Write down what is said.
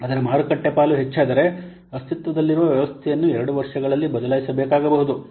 ಅದರ ಮಾರುಕಟ್ಟೆ ಪಾಲು ಹೆಚ್ಚಾದರೆ ಅಸ್ತಿತ್ವದಲ್ಲಿರುವ ವ್ಯವಸ್ಥೆಯನ್ನು ಎರಡು ವರ್ಷಗಳಲ್ಲಿ ಬದಲಾಯಿಸಬೇಕಾಗಬಹುದು